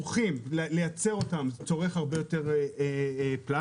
לייצר אותם צורך הרבה יותר פלסטיק,